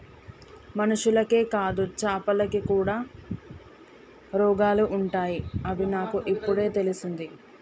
మనుషులకే కాదు చాపలకి కూడా రోగాలు ఉంటాయి అని నాకు ఇపుడే తెలిసింది